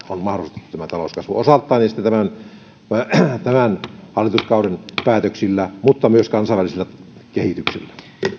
on mahdollistettu tämä talouskasvu osaltaan ja sitten tämän hallituskauden päätöksillä mutta myös kansainvälisellä kehityksellä